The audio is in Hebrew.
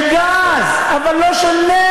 של גז, אבל לא של נפט.